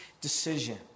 decision